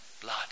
blood